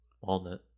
walnut